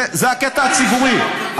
זה הקטע הציבורי,